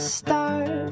start